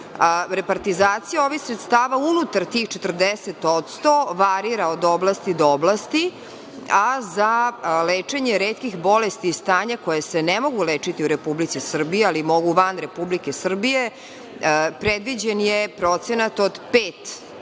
itd. Repartizacija ovih sredstava unutar tih 40% varira od oblasti do oblasti, a za lečenje retkih bolesti i stanja koja se ne mogu lečiti u Republici Srbiji, ali mogu van Republike Srbije, predviđen je procenat od 5%